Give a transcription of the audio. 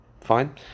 Fine